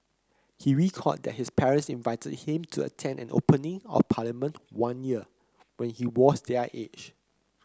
he recalled that his parents invited him to attend an opening of Parliament one year when he was their age